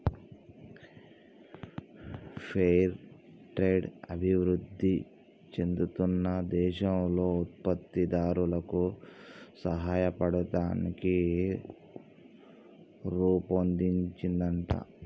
fair trade అభివృధి చెందుతున్న దేశాల్లో ఉత్పత్తి దారులకు సాయపడతానికి రుపొన్దించిందంట